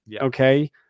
okay